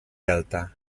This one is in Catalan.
delta